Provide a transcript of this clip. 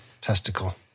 testicle